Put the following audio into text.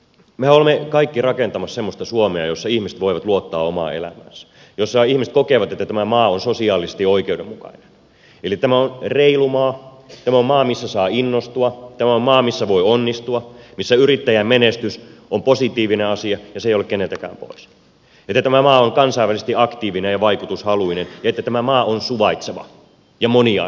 mehän olemme kaikki rakentamassa semmoista suomea jossa ihmiset voivat luottaa omaan elämäänsä jossa ihmiset kokevat että tämä maa on sosiaalisesti oikeudenmukainen eli tämä on reilu maa tämä on maa missä saa innostua tämä on maa missä voi onnistua missä yrittäjän menestys on positiivinen asia ja se ei ole keneltäkään pois että tämä maa on kansainvälisesti aktiivinen ja vaikutushaluinen ja että tämä maa on suvaitseva ja moniarvoinen